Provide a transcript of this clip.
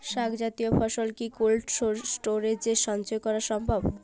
শাক জাতীয় ফসল কি কোল্ড স্টোরেজে সঞ্চয় করা সম্ভব?